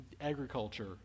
agriculture